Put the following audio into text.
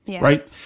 right